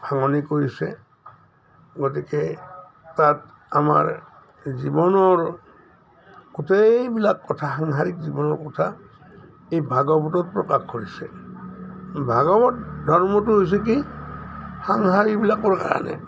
ভাঙনি কৰিছে গতিকে তাত আমাৰ জীৱনৰ গোটেইবিলাক কথা সাংসাৰিক জীৱনৰ কথা এই ভাগৱতত প্ৰকাশ কৰিছে ভাগৱত ধৰ্মটো হৈছে কি সংসাৰীবিলাকৰ কাৰণে